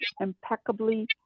impeccably